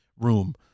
room